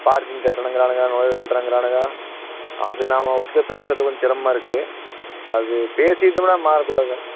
parking கட்டணங்குறானுங்க நுழைவு கட்டணங்குறானுங்க அது நம்ம ஓட்டுக்க பேசறதுக்கு கொஞ்சம் சிரமமாக இருக்கும் அது பேசிக்கிட்டோம்னா மாறக்கூடாதுதான்